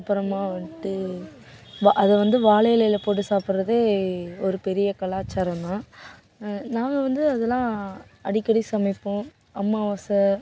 அப்பறமாக வந்துட்டு அத வந்து வாழை இலையில போட்டு சாப்பிட்றதே ஒரு பெரிய கலாச்சாரம் தான் நாங்கள் வந்து அதெல்லாம் அடிக்கடி சமைப்போம் அம்மாவாசை